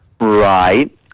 Right